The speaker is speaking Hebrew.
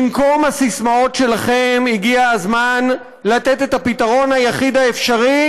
במקום הסיסמאות שלכם הגיע הזמן לתת את הפתרון היחיד האפשרי,